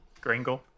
Gringle